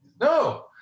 No